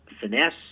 finesse